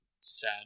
sad